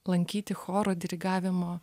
lankyti choro dirigavimo